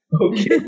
Okay